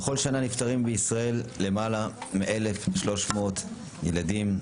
בכל שנה נפטרים בישראל למעלה מ-1,300 ילדים,